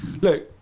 look